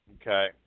Okay